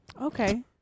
Okay